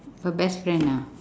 her best friend ah